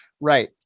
Right